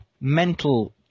mental